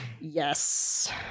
Yes